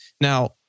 Now